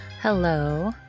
Hello